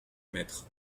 maîtres